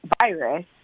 virus